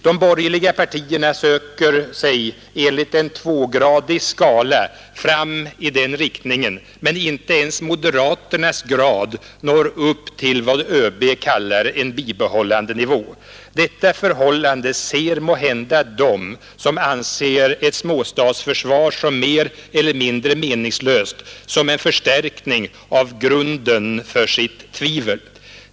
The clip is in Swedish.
De borgerliga partierna söker sig enligt en tvågradig skala fram i den riktningen, men inte ens moderaternas grad når upp till vad ÖB kallar en bibehållande nivå. Detta förhållande ser måhända de, som anser ett småstatsförsvar som mer eller mindre meningslöst, som en förstärkning av grunden för sitt tvivel.